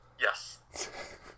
Yes